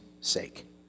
sake